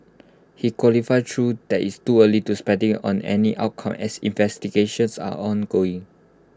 he qualified though that IT is too early to speculate on any outcome as investigations are ongoing